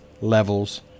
levels